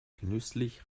genüsslich